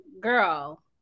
girl